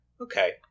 Okay